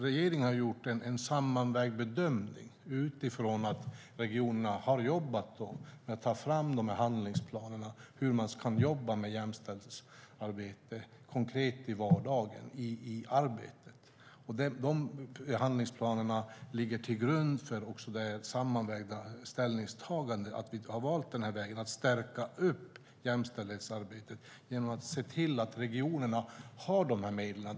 Regeringen har gjort en sammanvägd bedömning utifrån att regionerna har jobbat med att ta fram handlingsplaner för hur man kan arbeta med jämställdhetsarbete konkret i vardagen. Handlingsplanerna ligger till grund för det sammanvägda ställningstagandet att stärka jämställdhetsarbetet genom att se till att regionerna har dessa medel.